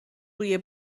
بوی